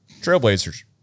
Trailblazers